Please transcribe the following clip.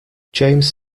james